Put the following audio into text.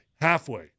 Halfway